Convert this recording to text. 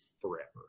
forever